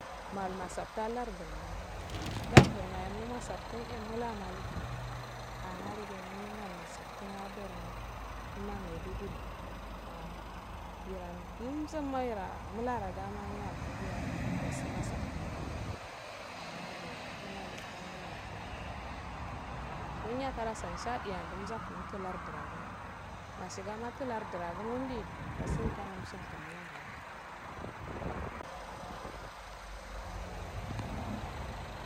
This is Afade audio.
Mau masaftin a lardil mayo lardir maya gu masaftin e mula maluki aha dige num malu masaftin a borno na maiduguri aha wiran numzom maira a mula ragama yinaingo biya da sai masaftin aga ah dige mulaligi. angu nan kuta aha duniya tanatan shadiha dumza tund lardiran gumo'o mashiga matu lardiro agumondi dasi mtana mshikan malaraga